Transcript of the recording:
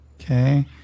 Okay